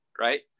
right